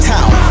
Town